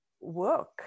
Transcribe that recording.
work